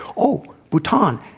oh, bhutan,